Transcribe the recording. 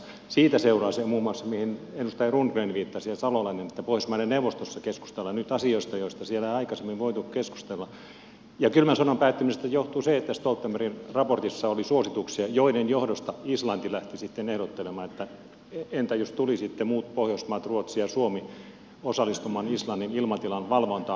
siitä seuraa muun muassa se mihin edustaja rundgren viittasi ja salolainen että pohjoismaiden neuvostossa keskustellaan nyt asioista joista siellä ei aikaisemmin voitu keskustella ja kylmän sodan päättymisestä johtuu se että stoltenbergin raportissa oli suosituksia joiden johdosta islanti lähti sitten ehdottelemaan että entä jos tulisitte muut pohjoismaat ruotsi ja suomi osallistumaan islannin ilmatilan valvontaan